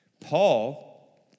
Paul